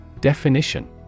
Definition